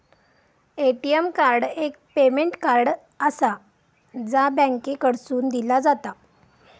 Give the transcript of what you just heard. ATM card एक payment card आसा, जा बँकेकडसून दिला जाता